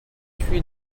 fui